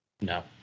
No